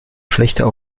schlechter